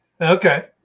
Okay